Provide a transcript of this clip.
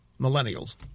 millennials